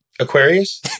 Aquarius